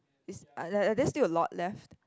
is are are there still a lot left